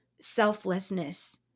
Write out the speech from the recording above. selflessness